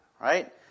right